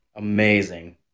amazing